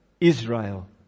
Israel